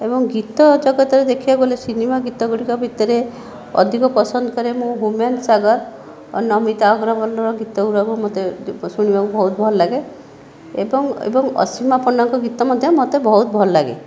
ଏବଂ ଗୀତ ଜଗତରେ ଦେଖିବାକୁ ଗଲେ ସିନେମା ଗୀତଗୁଡ଼ିକ ଭିତରେ ଅଧିକ ପସନ୍ଦ କରେ ମୁଁ ହ୍ୟୁମାନ ସାଗର ଓ ନମିତା ଅଗ୍ରୱାଲ୍ର ଗୀତଗୁଡ଼ିକ ମୋତେ ଶୁଣିବାକୁ ବହୁତ ଭଲଲାଗେ ଏବଂ ଏବଂ ଅସୀମା ପଣ୍ଡାଙ୍କ ଗୀତ ମଧ୍ୟ ମୋତେ ବହୁତ ଭଲ ଲାଗେ